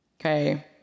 Okay